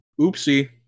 Oopsie